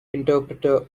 interpreter